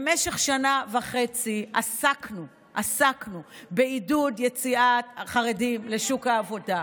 במשך שנה וחצי עסקנו בעידוד יציאת חרדים לשוק העבודה,